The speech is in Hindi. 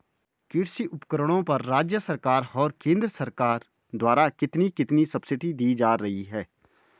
कृषि उपकरणों पर राज्य सरकार और केंद्र सरकार द्वारा कितनी कितनी सब्सिडी दी जा रही है?